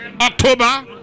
October